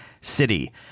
city